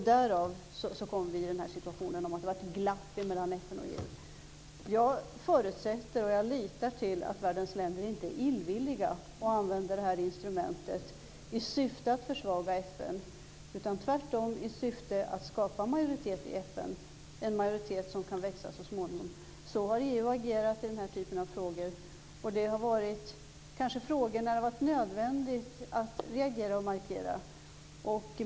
Därav hamnade vi i den situationen att det fanns ett glapp mellan FN och Jag förutsätter och litar till att världens länder inte är illvilliga och använder det här instrumentet i syfte att försvaga FN utan tvärtom i syfte att skapa majoritet i FN, en majoritet som kan växa så småningom. Så har EU agerat i den här typen av frågor, och det har varit frågor där det har varit nödvändigt att reagera och markera.